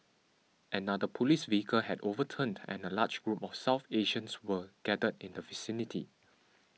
another police vehicle had overturned and a large group of South Asians were gathered in the vicinity